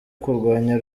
kurwanya